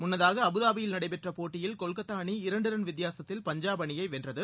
முன்னதாக அபுதாபியில் நடைபெற்ற போட்டியில் கொல்கத்தா அணி இரண்டு ரன் வித்தியாசத்தில் பஞ்சாப் அணியை வென்றது